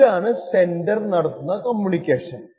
ഇതാണ് സെൻഡർ നടത്തുന്ന കമ്മ്യൂണിക്കേഷൻ